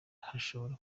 hashobora